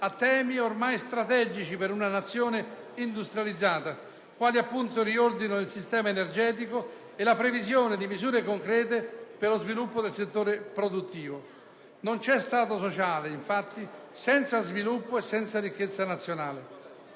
a temi ormai strategici per una nazione industrializzata quali, appunto, il riordino del sistema energetico e la previsione di misure concrete per lo sviluppo del settore produttivo. Non c'è Stato sociale, infatti, senza sviluppo e senza ricchezza nazionale.